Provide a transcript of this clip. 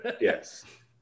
Yes